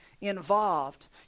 involved